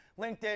LinkedIn